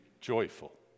joyful